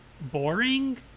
boring